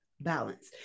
balance